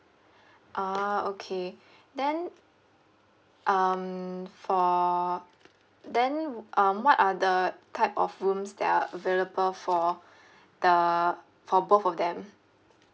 ah okay then um for then um what are the type of rooms that are available for the for both of them